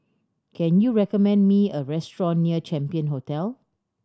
can you recommend me a restaurant near Champion Hotel